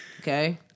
Okay